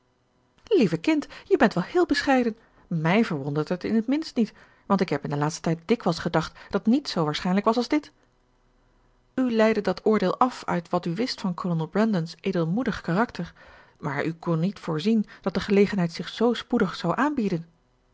lieve kind je bent wel heel bescheiden mij verwondert het in t minst niet want ik heb in den laatsten tijd dikwijls gedacht dat niets zoo waarschijnlijk was als dit u leidde dat oordeel af uit wat u wist van kolonel brandon's edelmoedig karakter maar u kon niet voorzien dat de gelegenheid zich zoo spoedig zou aanbieden